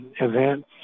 events